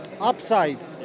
upside